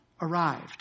arrived